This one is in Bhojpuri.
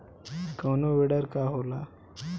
कोनो बिडर का होला?